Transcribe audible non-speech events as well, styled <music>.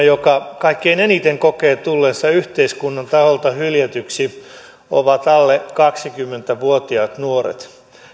<unintelligible> joka kaikkein eniten kokee tulleensa yhteiskunnan taholta hyljätyksi on alle kaksikymmentä vuotiaat nuoret